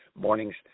morning's